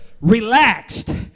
relaxed